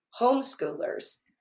homeschoolers